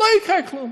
לא יקרה כלום.